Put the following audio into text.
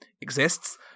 exists